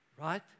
right